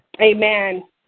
Amen